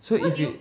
so if you